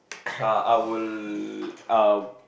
ah I will uh